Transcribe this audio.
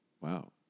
Wow